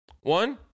one